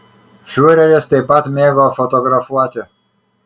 fiureris taip pat mėgo fotografuoti